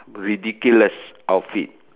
ridiculous outfit